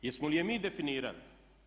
Jesmo li je mi definirali?